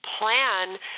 plan